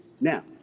Now